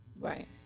Right